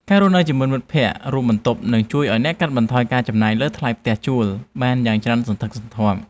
ការរស់នៅជាមួយមិត្តភក្តិរួមបន្ទប់នឹងជួយឱ្យអ្នកកាត់បន្ថយការចំណាយលើថ្លៃផ្ទះជួលបានយ៉ាងច្រើនសន្ធឹកសន្ធាប់។